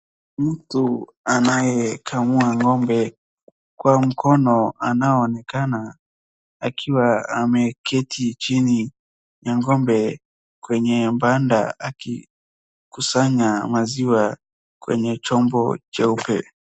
Mtu anayekamua ng'ombe kwa mkono anaoonekana akiwa ameketi chini ya ng'ombe kwenye banda akikusanya maziwa kwenye chombo cheupe.